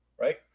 Right